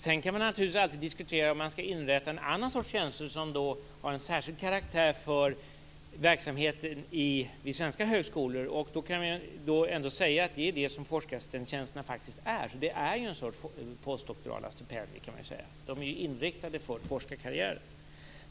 Man kan naturligtvis alltid diskutera om man skall inrätta en annan sorts tjänster av särskild käraktär för verksamheten vid svenska högskolor. Man kan säga att forskartjänsterna är en sorts postdoktorala stipendier. De är inriktade på forskarkarriären.